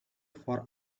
for